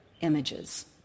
images